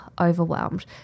overwhelmed